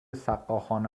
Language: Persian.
سقاخانه